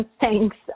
Thanks